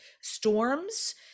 storms